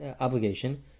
obligation